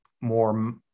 more